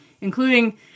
including